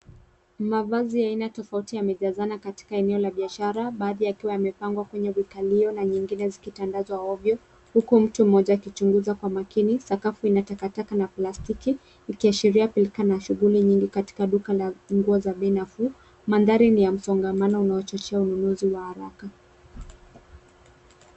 Mavazi ya aina tofauti yamejazana katika eneo la biashara baadhi yakiwa yamepangwa kwenye vikalio na nyingine zikitandazwa ovyo huku mtu mmoja akichunguza kwa makini, sakafu ina takataka na plastiki ikiashiria pilka na shuguli nyingi katika duka la nguo za bei nafuu. Mandhari na ya msongamano unao chochea ununuzi wa haraka.